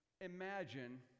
imagine